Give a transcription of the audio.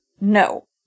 No